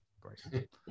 great